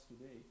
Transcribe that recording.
today